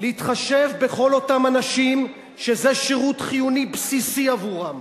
להתחשב בכל אותם אנשים שזה שירות חיוני בסיסי עבורם,